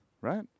Right